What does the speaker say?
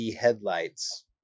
headlights